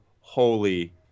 holy